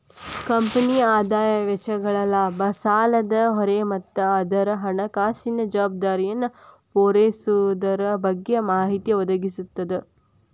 ಕಂಪನಿಯ ಆದಾಯ ವೆಚ್ಚಗಳ ಲಾಭ ಸಾಲದ ಹೊರೆ ಮತ್ತ ಅದರ ಹಣಕಾಸಿನ ಜವಾಬ್ದಾರಿಯನ್ನ ಪೂರೈಸೊದರ ಬಗ್ಗೆ ಮಾಹಿತಿ ಒದಗಿಸ್ತದ